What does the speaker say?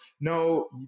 no